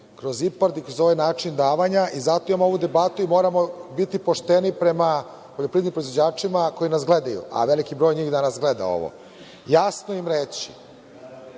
kroz IPARD i kroz ovaj način davanja i zato imamo ovu debatu i moramo biti pošteni prema poljoprivrednim proizvođačima koji nas gledaju, a veliki broj njih danas gleda ovo, jasno im reći